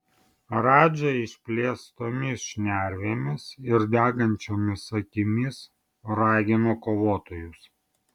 radža išplėstomis šnervėmis ir degančiomis akimis ragino kovotojus